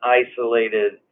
isolated